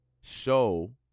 Show